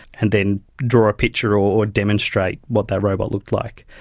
and then draw a picture or demonstrate what that robot looks like.